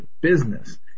business